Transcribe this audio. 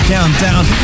Countdown